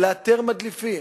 לאתר מדליפים